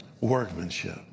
Workmanship